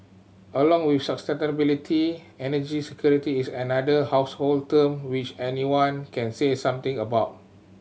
along with energy security is another household term which anyone can say something about